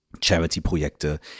Charity-Projekte